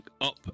up